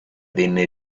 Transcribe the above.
venne